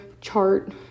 chart